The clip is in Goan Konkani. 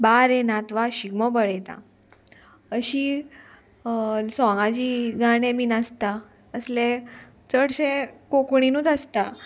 बारये नातवा शिगमो बळयता अशी सोंगाची गाणें बी आसता असले चडशे कोंकणीनूच आसता